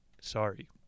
sorry